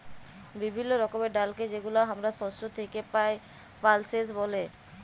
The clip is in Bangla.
বিভিল্য রকমের ডালকে যেগুলা হামরা শস্য থেক্যে পাই, পালসেস ব্যলে